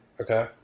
Okay